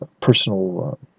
personal